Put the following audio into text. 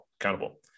accountable